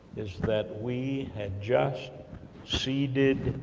is that we had just ceded,